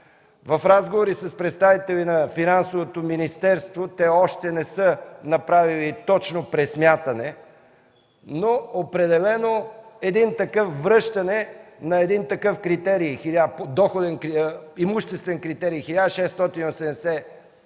В разговори с представители на Финансовото министерство стана ясно, че те още не са направили точно пресмятане, но определено такъв тип връщане на такъв имуществен критерий – 1680